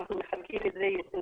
אנחנו מחלקים את זה ליסודי,